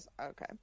okay